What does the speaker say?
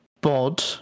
Bod